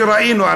שראינו,